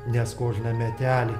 nes kožną metelį